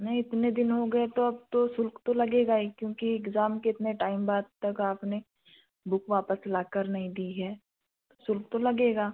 नहीं इतने दिन हो गए तो अब ताे शुल्क तो लगेगा ही क्योंकि इक्ज़ाम के इतने टाइम बाद तक आपने बुक वापस लाकर नहीं दी है शुल्क तो लगेगा